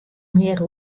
mear